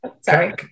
Sorry